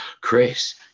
Chris